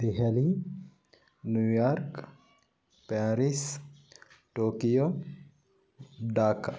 Delhi New York Paris Tokyo Dhaka